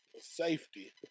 safety